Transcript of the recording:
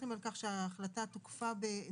דיברתם על כך שההחלטה תוקפה בנובמבר.